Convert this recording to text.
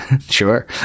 Sure